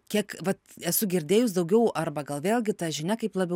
kiek vat esu girdėjus daugiau arba gal vėlgi ta žinia kaip labiau